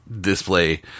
display